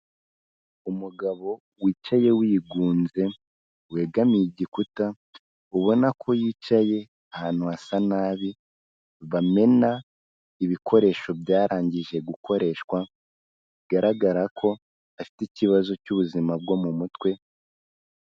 Umugabo wicaye wigunze, wegamiye igikuta ubona ko yicaye ahantu hasa nabi, bamena ibikoresho byarangije gukoreshwa, bigaragara ko afite ikibazo cy'ubuzima bwo mu mutwe.